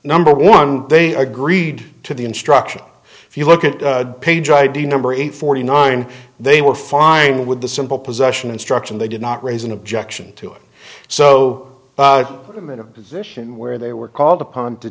number one they agreed to the instruction if you look at page id number eight forty nine they were fine with the simple possession instruction they did not raise an objection to it so i'm in a position where they were called upon to